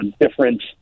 different